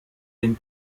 den